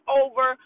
over